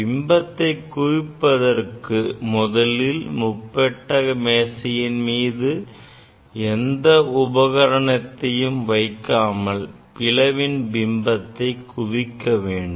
பிம்பத்தை குவிப்பதற்கு முதலில் முப்பட்டகம் மேசையின் மீது எந்த உபகரணத்தையும் வைக்காமல் பளவின் பிம்பத்தை குவிக்க வேண்டும்